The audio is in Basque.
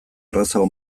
errazago